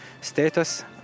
status